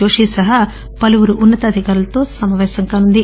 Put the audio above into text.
జోషీ సహా పలువురు ఉన్న తాధికారులత సమాపేశం కానుంది